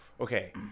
Okay